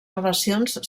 relacions